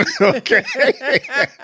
Okay